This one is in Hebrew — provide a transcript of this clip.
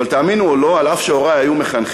אבל תאמינו או לא, אף שהורי היו מחנכים,